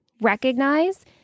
recognize